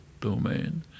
domain